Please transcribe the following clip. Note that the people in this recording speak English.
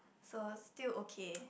so still okay